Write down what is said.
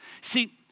See